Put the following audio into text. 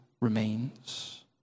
Remains